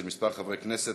מס' 5860,